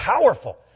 powerful